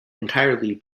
entirely